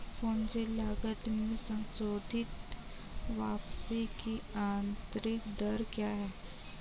पूंजी लागत में संशोधित वापसी की आंतरिक दर क्या है?